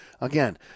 Again